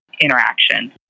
interaction